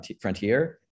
frontier